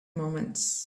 moments